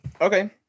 Okay